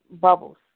bubbles